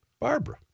Barbara